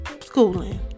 schooling